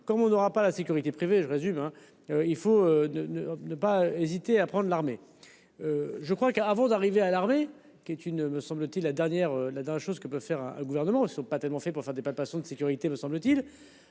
comme on n'aura pas la sécurité privée je résume hein il faut ne ne ne pas hésiter à prendre l'armée. Je crois qu'avant d'arriver à l'armée, qui est une me semble-t-il la dernière la dernière chose que peut faire le gouvernement ne sont pas tellement fait pour faire des palpations de sécurité me semble-t-il,